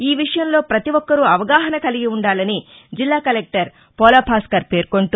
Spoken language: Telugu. ఈ విషయంలో వితి ఒక్కరూ అవగాహన కలిగి ఉండాలని జిల్లా కలెక్టర్ పోలా భాన్కర్ పేర్కొంటూ